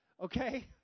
Okay